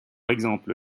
exemple